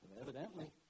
Evidently